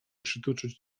przytoczyć